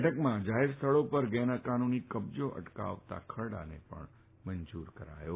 બેઠકમાં જાહેર સ્થળો પર ગેરકાનૂની કબજા અટકાવતા ખરડાને પણ મંજૂર કરાયો છે